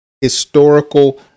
historical